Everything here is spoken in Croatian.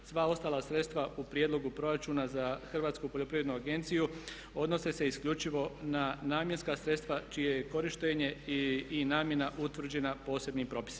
Sva ostala sredstva u prijedlogu proračuna za Hrvatsku poljoprivrednu agenciju odnose se isključivo na namjenska sredstva čije je korištenje i namjena utvrđena posebnim propisima.